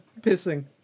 pissing